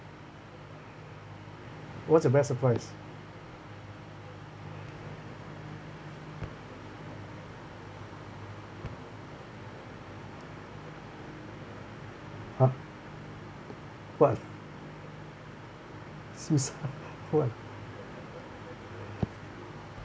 what's your best surprise !huh! what seaside what